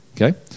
okay